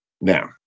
Now